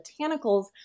botanicals